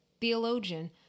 theologian